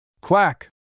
Quack